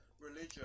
religion